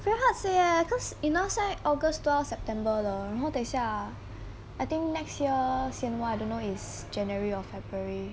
very hard say eh cause you know 现在 august or september 了然后等下 I think next year C_N_Y I don't know it's january or february